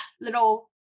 little